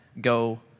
go